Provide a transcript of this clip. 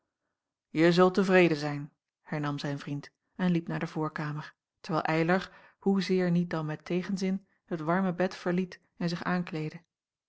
je zult tevreden zijn hernam zijn vriend en liep naar de voorkamer terwijl eylar hoezeer niet dan met tegenzin het warme bed verliet en zich aankleedde